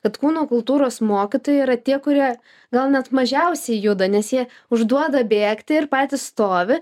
kad kūno kultūros mokytojai yra tie kurie gal net mažiausiai juda nes jie užduoda bėgti ir patys stovi